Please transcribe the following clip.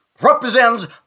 represents